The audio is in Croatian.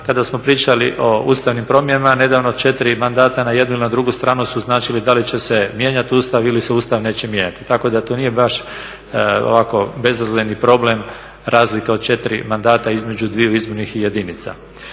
Kada smo pričali o ustavnim promjenama nedavno četiri mandata na jednu ili na drugu stranu su značili da li će se mijenjati Ustav ili se Ustav neće mijenjati. Tako da to nije baš ovako bezazleni problem razlike od 4 mandata između dviju izbornih jedinica.